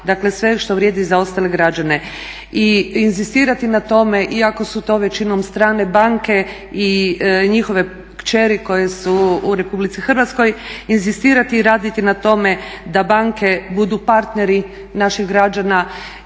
Dakle, sve što vrijedi i za ostale građane. I inzistirati na tome iako su to većinom strane banke i njihove kćeri koje su u RH, inzistirati i raditi na tome da banke budu partneri naših građana